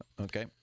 Okay